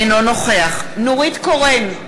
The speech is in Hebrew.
אינו נוכח נורית קורן,